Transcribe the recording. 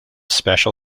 special